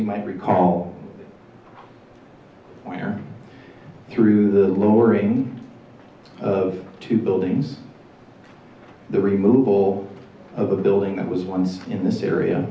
you might recall where through the lowering of two buildings the removal of a building that was once in this area